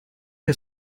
che